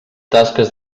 tasques